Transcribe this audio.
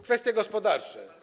Kwestie gospodarcze.